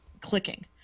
clicking